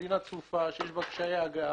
מדינה צפופה שיש בה קשיי הגעה,